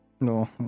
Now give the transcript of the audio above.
no